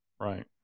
right